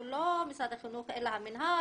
הוא לא משרד החינוך אלא המינהל,